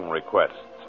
requests